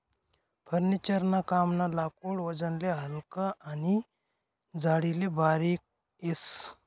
furniture ना कामनं लाकूड वजनले हलकं आनी जाडीले बारीक येस